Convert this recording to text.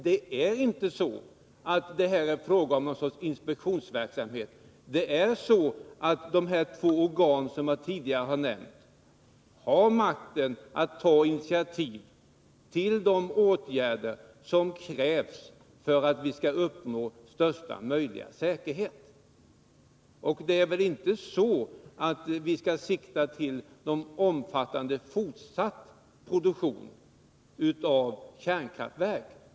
Det är inte så att det här är fråga om något slags inspektionsverksamhet, utan de två organ som jag tidigare har nämnt har makt att ta initiativ till de åtgärder som krävs för att vi skall uppnå största möjliga säkerhet. Vi skall väl ändå inte sikta på en omfattande, fortsatt produktion av kärnkraftverk.